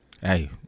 Hey